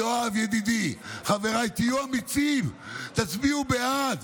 יואב, ידידי, חבריי, תהיו אמיצים, תצביעו בעד.